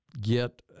get